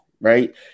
right